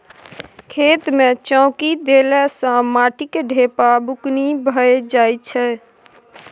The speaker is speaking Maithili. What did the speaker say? खेत मे चौकी देला सँ माटिक ढेपा बुकनी भए जाइ छै